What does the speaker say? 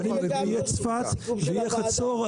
יהיה צפת ויהיה חצור,